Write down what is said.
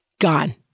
gone